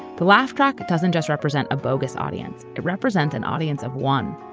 the laugh track doesn't just represent a bogus audience. it represents an audience of one,